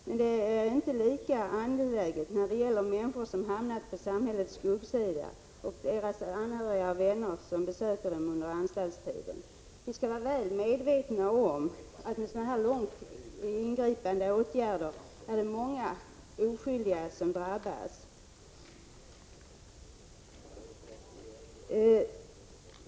Men det är tydligen inte lika angeläget när det gäller människor som har hamnat på samhällets skuggsida och deras anhöriga och vänner, som besöker dem under anstaltstiden. Vi skall vara väl medvetna om att det med dessa ingripande åtgärder blir många oskyldiga som drabbas.